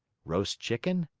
roast chicken,